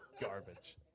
Garbage